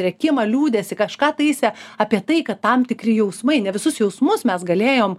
rėkimą liūdesį kažką taisė apie tai kad tam tikri jausmai ne visus jausmus mes galėjom